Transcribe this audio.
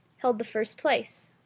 held the first place.